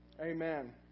Amen